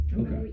Okay